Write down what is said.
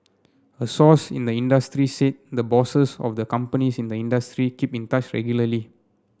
a source in the industry said the bosses of the companies in the industry keep in touch regularly